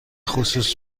خصوص